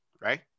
right